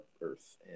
Earth